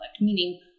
Meaning